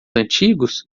antigos